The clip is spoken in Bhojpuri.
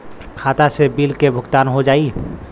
खाता से बिल के भुगतान हो जाई?